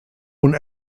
und